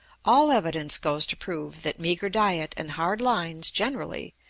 all evidence goes to prove that meagre diet and hard lines generally,